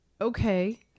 Okay